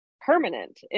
permanent